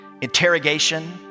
interrogation